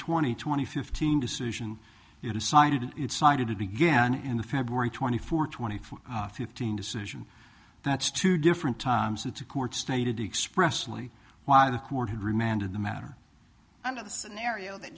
twenty twenty fifteen decision decided it sided again in the february twenty four twenty four fifteen decision that's two different times it's a court stated expressly why the court had remanded the matter under the scenario is that